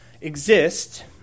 exist